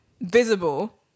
visible